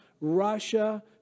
Russia